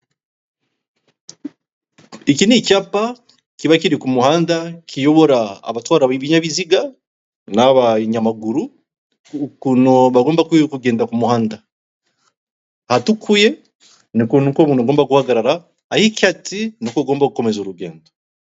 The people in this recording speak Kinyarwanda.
Iki ni icyapa kiba kiri ku muhanda kiyobora abatwara ibinyabiziga n'abanyamaguru ukuntu bagomba kugenda ku muhanda ahatukuye ni ukuntu agomba guhagarara ah'icyatsi niko agomba gukomeza urugendo.